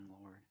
Lord